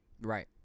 Right